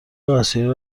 آسیا